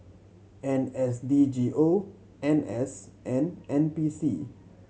N S D G O N S and N P C